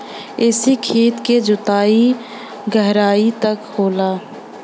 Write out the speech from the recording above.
एसे खेत के जोताई गहराई तक होला